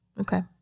Okay